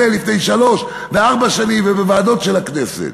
לפני שלוש וארבע שנים ובוועדות של הכנסת.